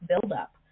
buildup